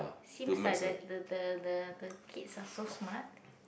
seems like that the the the the kids are so smart